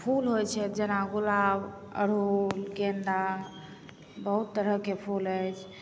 फूल होइ छै जेना गुलाब अड़हुल गेन्दा बहुत तरहके फूल अछि